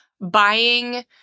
buying